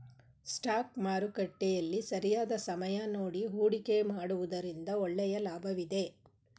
stock ಮಾರುಕಟ್ಟೆಯಲ್ಲಿ ಸರಿಯಾದ ಸಮಯ ನೋಡಿ ಹೂಡಿಕೆ ಮಾಡುವುದರಿಂದ ಒಳ್ಳೆಯ ಲಾಭವಿದೆ